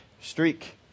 streak